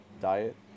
diet